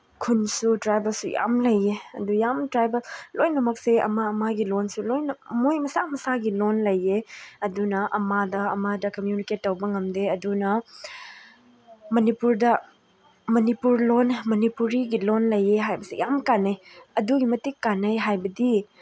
ꯈꯨꯟꯁꯨ ꯇ꯭ꯔꯥꯏꯕꯦꯜꯁꯨ ꯌꯥꯝ ꯂꯩꯌꯦ ꯑꯗꯨ ꯌꯥꯝ ꯇ꯭ꯔꯥꯕꯦꯜ ꯂꯣꯏꯅꯃꯛꯁꯦ ꯑꯃ ꯑꯃꯒꯤ ꯂꯣꯟꯁꯨ ꯂꯣꯏꯅ ꯃꯣꯏ ꯃꯁꯥ ꯃꯁꯥꯒꯤ ꯂꯣꯟ ꯂꯩꯌꯦ ꯑꯗꯨꯅ ꯑꯃꯗ ꯑꯃꯗ ꯀꯃ꯭ꯌꯨꯅꯤꯀꯦꯠ ꯇꯧꯕ ꯉꯝꯗꯦ ꯑꯗꯨꯅ ꯃꯅꯤꯄꯨꯔꯗ ꯃꯅꯤꯄꯨꯔ ꯂꯣꯟ ꯃꯅꯤꯄꯨꯔꯤꯒꯤ ꯂꯣꯟ ꯂꯩꯌꯦ ꯍꯥꯏꯕꯁꯦ ꯌꯥꯝ ꯀꯥꯅꯩ ꯑꯗꯨꯛꯀꯤ ꯃꯇꯤꯛ ꯀꯥꯅꯩ ꯍꯥꯏꯕꯗꯤ